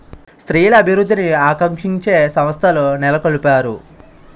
స్త్రీల అభివృద్ధిని ఆకాంక్షించే సంస్థలు నెలకొల్పారు